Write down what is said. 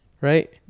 right